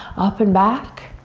up and back.